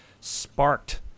sparked